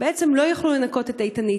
בעצם לא יוכלו לנקות את "איתנית".